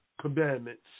commandments